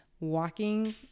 walking